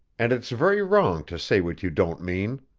and it's very wrong to say what you don't mean.